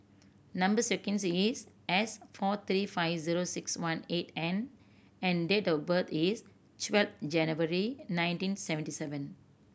number sequence is S four three five zero six one eight N and date of birth is twelve January nineteen seventy seven